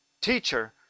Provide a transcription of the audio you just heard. Teacher